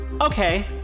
Okay